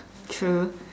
true